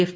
F